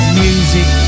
music